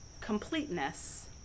completeness